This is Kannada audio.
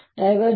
B 0 ಆಗಿರುತ್ತದೆ